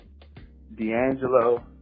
D'Angelo